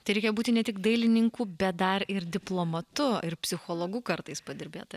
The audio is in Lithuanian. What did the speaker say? tai reikia būti ne tik dailininku bet dar ir diplomatu ir psichologu kartais padirbėt